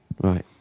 right